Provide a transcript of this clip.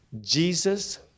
Jesus